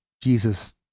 Jesus